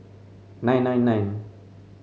nine nine nine